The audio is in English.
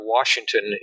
Washington